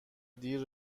دیر